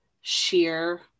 sheer